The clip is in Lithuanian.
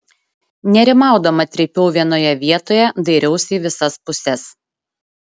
nerimaudama trypiau vienoje vietoje dairiausi į visas puses